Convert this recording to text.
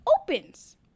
opens